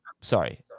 sorry